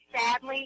sadly